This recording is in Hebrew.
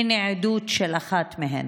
הינה העדות של אחת מהן: